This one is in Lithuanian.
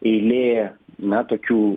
eilė na tokių